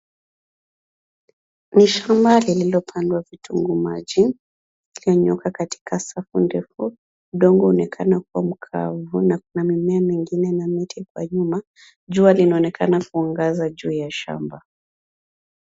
Ni shamba lililopandwa vitunguu maji iliyonyooka katika safu ndefu . Udongo unaonekana kuwa mkavu na kuna mimea mingine na miti kwa nyuma. Jua linaonekana kuangaza juu ya shamba .